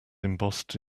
embossed